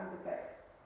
effect